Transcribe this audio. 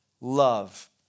Love